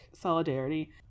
solidarity